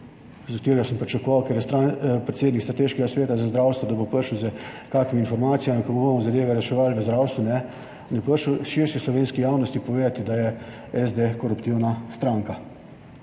sem pričakoval, ker je predsednik Strateškega sveta za zdravstvo, da bo prišel s kakšnimi informacijami, kako bomo zadeve reševali v zdravstvu in je prišel širši slovenski javnosti povedati, da je SD koruptivna stranka.